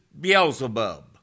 Beelzebub